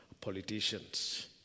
politicians